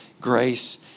grace